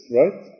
right